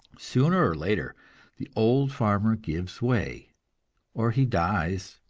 sooner or later the old farmer gives way or he dies,